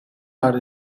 are